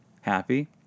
happy